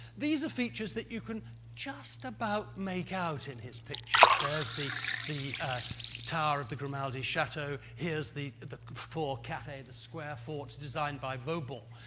these are features that you can just about make out in his pictures there's the the tower of the grimaldi chateau, here's the the fort carre, the square fort designed by vauban,